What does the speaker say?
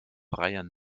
freien